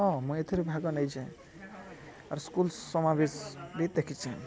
ହଁ ମୁଁ ଏଥିରେ ଭାଗ ନେଇଛେ ଆର୍ ସ୍କୁଲ୍ ସମାବେଶ୍ ବି ଦେଖିଛେ